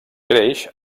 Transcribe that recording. creix